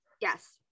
Yes